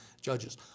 judges